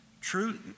True